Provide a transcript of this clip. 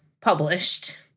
published